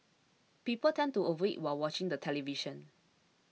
people tend to overeat while watching the television